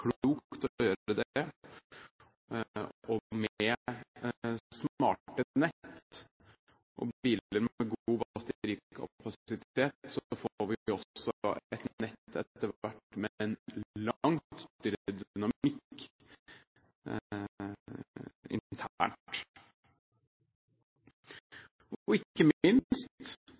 det. Og med smarte nett og biler med god batterikapasitet får vi også etter hvert et nett med en langt større dynamikk internt. Ikke minst